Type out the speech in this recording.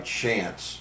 chance